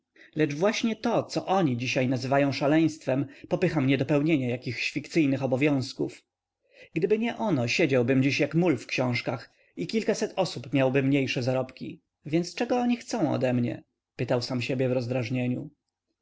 lecz właśnie to co oni dziś nazywają szaleństwem popycha mnie do pełnienia jakichś fikcyjnych obowiązków gdyby nie ono siedziałbym dziś jak mól w książkach i kilkaset osób miałoby mniejsze zarobki więc czego oni chcą ode mnie pytał sam siebie w